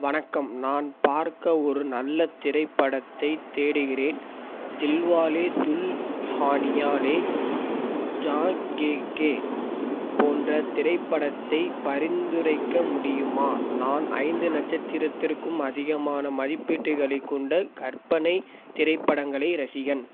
வணக்கம் நான் பார்க்க ஒரு நல்ல திரைப்படத்தைத் தேடுகிறேன் தில்வாலே துல்ஹானியா லே ஜாங்கேக்கே போன்ற திரைப்படத்தைப் பரிந்துரைக்க முடியுமா நான் ஐந்து நட்சத்திரத்திற்கும் அதிகமான மதிப்பீட்டுகளைக் கொண்ட கற்பனைத் திரைப்படங்களை ரசிகன்